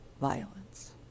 violence